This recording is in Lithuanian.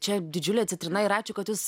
čia didžiulė citrina ir ačiū kad jūs